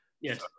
yes